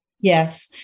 Yes